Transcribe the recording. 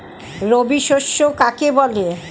রবি শস্য কাকে বলে?